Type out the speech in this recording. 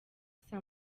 saa